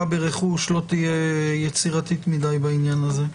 ברכוש שלא תהיה יצירתית מדי בעניין הזה.